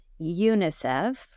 UNICEF